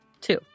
Two